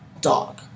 dog